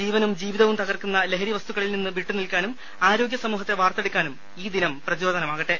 ജീവനും ജീവിതവും തകർക്കുന്ന ലഹരി വസ്തുക്കളിൽനിന്ന് വിട്ടുനിൽക്കാനും ആരോഗ്യ സമൂഹത്തെ വാർത്തെടുക്കാനും ഈ ദിനം പ്രചോദനമാകട്ടെ